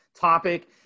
topic